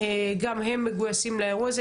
גם הם מגויסים לאירוע הזה.